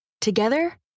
Together